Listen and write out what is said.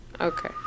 Okay